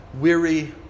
Weary